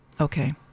Okay